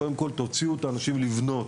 קודם כול תוציאו את האנשים לבנות.